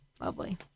Lovely